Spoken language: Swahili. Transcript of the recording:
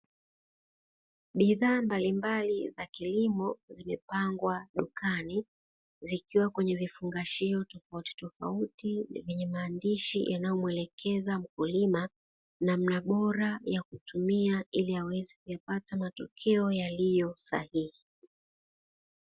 Bidhaa mbalimbali za kilimo zimepangwa dukani zikiwa kwenye vifungashio tofautitofauti, vyenye maandishi yanayo muelekeza mkulima namna bora ya kutumia ili aweze kuyapata matokeo yaliyo sahihi.